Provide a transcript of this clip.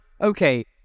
Okay